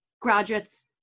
graduates